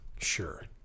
sure